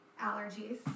allergies